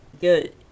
Good